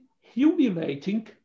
humiliating